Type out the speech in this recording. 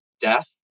death